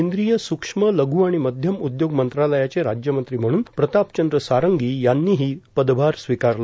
केंद्रीय सूक्ष्मए लघ् आणि मध्यम उद्योग मंत्रालयाचे राज्यमंत्री म्हणून प्रताप चंद्र सारंगी यांनीही पदभार स्वीकारला